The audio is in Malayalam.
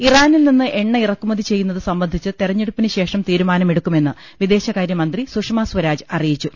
ഇറാനിൽ നിന്ന് എണ്ണ ഇറക്കുമതി ചെയ്യുന്നത് സംബന്ധിച്ച് തെരഞ്ഞെടുപ്പിന് ശേഷം തീരുമാനമെടുക്കുമെന്ന് വിദേശകാര്യ മന്ത്രി സുഷമാസ്വരാജ് അറിയിച്ചു